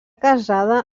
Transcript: casada